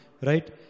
Right